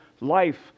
life